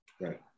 right